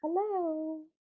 Hello